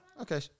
Okay